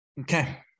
Okay